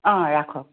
অঁ ৰাখক